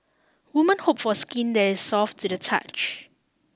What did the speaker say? women hope for skin that is soft to the touch